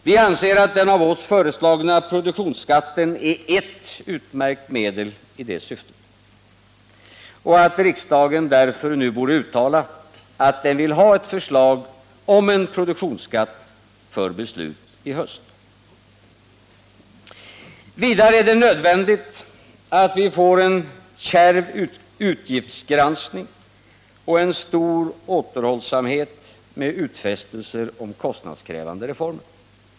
Vi anser att den av oss föreslagna produktionsskatten är ett utmärkt medel i det syftet och att riksdagen därför nu borde uttala att den vill ha ett förslag om en produktionsskatt för beslut i höst. Vidare är det nödvändigt att vi får en kärv utgiftsgranskning och en stor återhållsamhet med utfästelser om kostnadskrävande reformer.